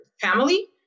family